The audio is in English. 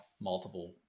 multiple